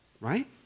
Right